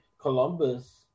Columbus